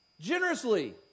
generously